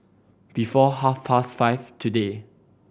before half past five today